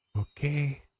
Okay